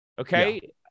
Okay